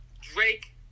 Drake